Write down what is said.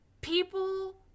people